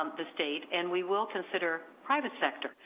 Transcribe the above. um the state, and we will consider private sector,